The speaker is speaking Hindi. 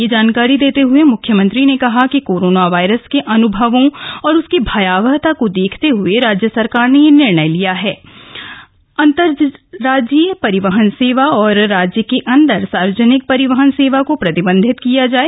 यह जानकारी देते हुए मुख्यमंत्री ने कहा कि कोरोना वायरस के अनुभवों और उसकी भयावहता को देखते हए राज्य सरकार ने निर्णय लिया है कि प्रदेश के अतरप्रान्तीय परिवहन सेवा और राज्य के अन्दर सार्वजनिक परिवहन सेवा को प्रतिबन्धित किया गया है